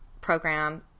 program